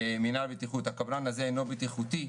אומר שהקבלן הזה אינו בטיחותי,